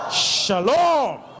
Shalom